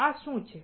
આ શુ છે